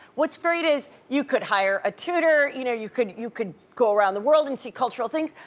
what's great is you could hire a tutor, you know you could you could go around the world and see cultural things,